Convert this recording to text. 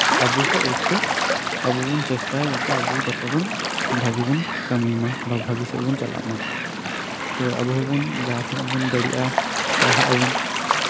ᱟᱵᱚ ᱠᱷᱚᱡ ᱮᱠᱴᱩ ᱟᱵᱚᱵᱮᱱ ᱪᱮᱥᱴᱟᱭᱮᱫᱟ ᱡᱟᱛᱮᱵᱚᱱ ᱵᱷᱟᱹᱜᱤ ᱵᱚᱱ ᱠᱟᱹᱢᱤᱭᱮᱫᱟ ᱵᱷᱟᱹᱜᱤ ᱥᱮᱫ ᱵᱚᱱ ᱪᱟᱞᱟᱜᱼᱟ ᱛᱳ ᱟᱵᱚ ᱦᱚᱵᱚᱱ ᱫᱟᱲᱮᱭᱟᱜᱼᱟ ᱯᱟᱲᱦᱟᱜ ᱟᱵᱚᱱ